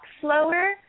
slower